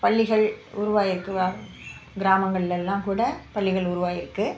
பள்ளிகள் உருவாயிருக்கு வா கிராமங்களெல்லாம் கூட பள்ளிகள் உருவாயிருக்கு